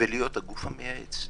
הגוף המייעץ.